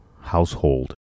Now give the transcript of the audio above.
household